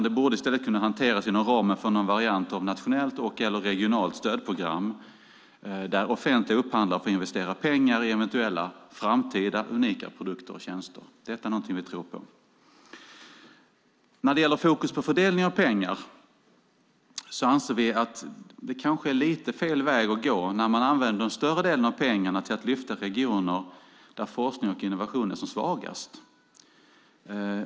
Det borde i stället kunna hanteras inom ramen för någon variant av nationellt och eller regionalt stödprogram där offentliga upphandlare får investera pengar i eventuella framtida unika produkter och tjänster. Detta är någonting vi tror på. När det gäller fokus på fördelning av pengar anser vi att det kanske är lite fel väg att gå att använda den större delen av pengarna till att lyfta regioner där forskning och innovation är som svagast.